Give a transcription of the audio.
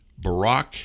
Barack